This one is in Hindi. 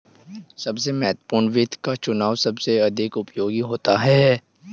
सबसे महत्वपूर्ण वित्त का चुनाव सबसे अधिक उपयोगी होता है